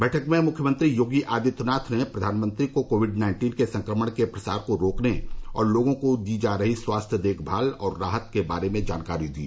बैठक में मुख्यमंत्री योगी आदित्यनाथ ने प्रधानमंत्री को कोविड नाइन्टीन के संक्रमण के प्रसार को रोकने और लोगों को दी जा रही स्वास्थ्य देखभाल और राहत के बारे में जानकारी दी